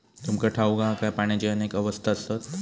तुमका ठाऊक हा काय, पाण्याची अनेक अवस्था आसत?